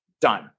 done